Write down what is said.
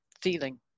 feeling